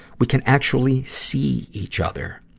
we can actually see each other.